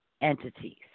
Entities